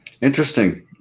Interesting